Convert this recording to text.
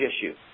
issue